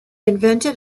invented